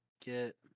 get